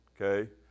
Okay